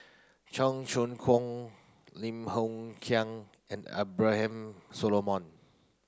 Cheong Choong Kong Lim Hng Kiang and Abraham Solomon